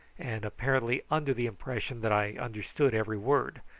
and apparently under the impression that i understood every word,